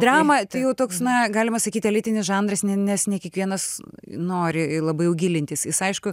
drama tai jau toks na galima sakyti elitinis žanras nes ne kiekvienas nori labai jau gilintis jis aišku